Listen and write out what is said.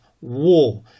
War